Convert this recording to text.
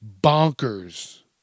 bonkers